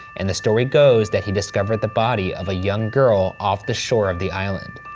and the story goes that he discovered the body of a young girl off the shore of the island.